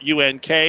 UNK